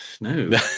No